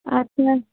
আচ্ছা